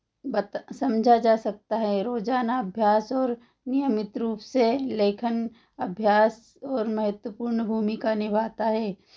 बता समझा जा सकता है रोजाना अभ्यास और नियमित रूप से लेखन अभ्यास और महत्वपूर्ण भूमिका निभाता है